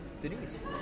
Denise